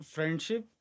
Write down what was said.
Friendship